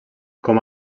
com